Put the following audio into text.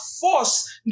force